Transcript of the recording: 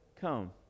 come